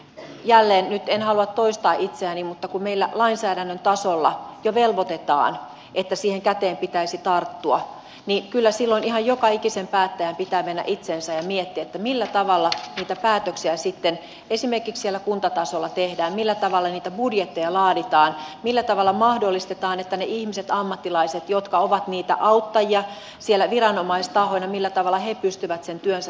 jälleen nyt en halua toistaa itseäni mutta kun meillä lainsäädännön tasolla jo velvoitetaan että siihen käteen pitäisi tarttua niin kyllä silloin ihan joka ikisen päättäjän pitää mennä itseensä ja miettiä millä tavalla niitä päätöksiä sitten esimerkiksi siellä kuntatasolla tehdään millä tavalla niitä budjetteja laaditaan millä tavalla mahdollistetaan että ne ihmiset ammattilaiset jotka ovat niitä auttajia siellä viranomaistahoina pystyvät sen työnsä tekemään